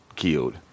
killed